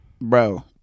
bro